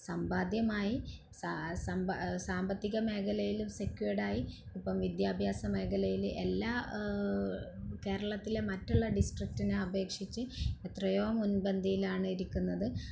സമ്പാദ്യമായി സാമ്പത്തിക മേഖലയില് സെക്വേര്ഡ് ആയി ഇപ്പം വിദ്യാഭ്യാസ മേഖലയിൽ എല്ലാ കേരളത്തിലെ മറ്റുള്ള ഡിസ്ട്രിക്റ്റിനെ അപേക്ഷിച്ച് എത്രയോ മുന്പന്തിയിലാണ് ഇരിക്കുന്നത്